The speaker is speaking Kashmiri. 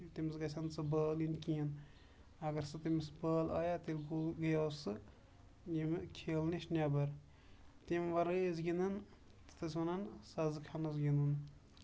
تٔمِس گژھِ ہا نہٕ سۄ بال یِنۍ کِہیںۍ اَگر سۄ تٔمِس بال آیاے تیٚلہِ گوٚو گٔیاو سُہ ییٚمہِ کھیلہٕ نِش نیبر تَمہِ وَرٲے ٲسۍ گِندان تَتھ ٲسۍ وَنان سَزٕ کھنَس گِندُن